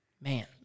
Man